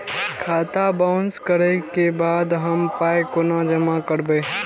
खाता बाउंस करै के बाद हम पाय कोना जमा करबै?